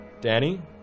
Danny